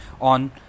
on